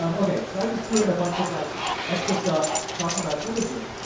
um okay, so i just threw in a bunch of like extra stuff, talking about imaging.